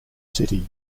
city